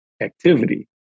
activity